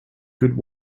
good